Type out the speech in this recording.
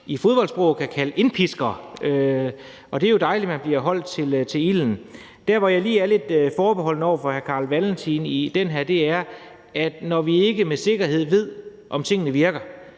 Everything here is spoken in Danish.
i fodboldsprog kan kalde indpiskere. Det er jo dejligt, at man bliver holdt til ilden. Der, hvor jeg lige er lidt forbeholden over for hr. Carl Valentin i den her sag, er, at når vi ikke med sikkerhed ved, om tingene virker,